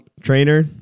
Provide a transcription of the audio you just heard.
trainer